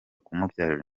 kumubyarira